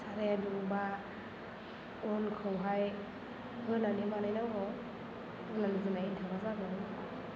साराया दुंबा अनखौहाय होनानै बानायनांगौ होनब्लानो जोंना एन्थाबा जागोन